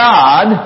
God